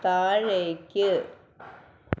താഴേക്ക്